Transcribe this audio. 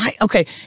Okay